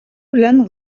белән